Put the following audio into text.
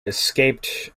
escaped